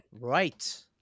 Right